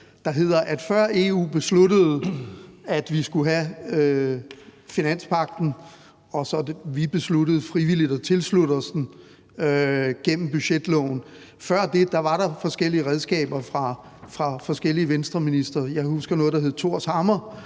der hedder, at før EU besluttede, at vi skulle have finanspagten, og vi så frivilligt besluttede at tilslutte os den gennem budgetloven, var der forskellige redskaber fra forskellige Venstreministre. Jeg husker f.eks. noget, der hed Thors hammer